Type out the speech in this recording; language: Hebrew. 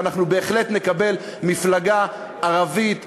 ואנחנו בהחלט נקבל מפלגה ערבית,